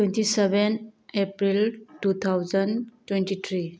twenty seven April two thousand twenty three